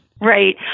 Right